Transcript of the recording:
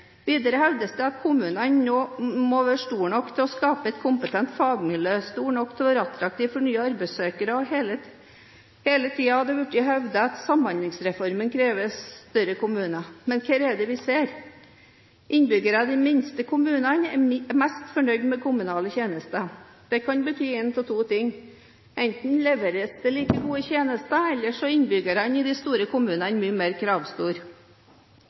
Videre hevdes det at kommunene må være store nok til å skape et kompetent fagmiljø, store nok til å være attraktive for nye arbeidssøkere. Hele tiden har det blitt hevdet at Samhandlingsreformen krever større kommuner. Men hva er det vi ser? Innbyggerne i de minste kommunene er mest fornøyd med kommunale tjenester. Det kan bety én av to ting. Enten leveres det like gode tjenester, eller så er innbyggerne i de store kommunene mye mer kravstore.